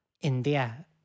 India